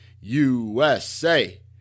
USA